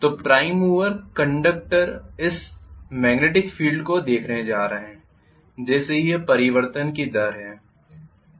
तो prime mover conductor इस magnetic field को देखने जा रहे हैं जैसे कि यह परिवर्तन की दर है